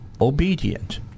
obedient